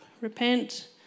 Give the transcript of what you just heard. Repent